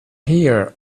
here